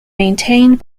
maintained